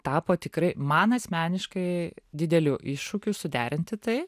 tapo tikrai man asmeniškai didelių iššūkių suderinti tai